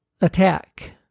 attack